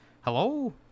Hello